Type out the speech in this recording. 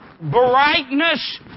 brightness